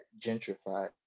gentrified